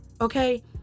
Okay